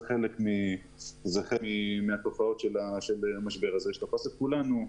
זה חלק מהתופעות של המשבר הזה שתופס את כולנו,